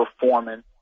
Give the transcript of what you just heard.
performance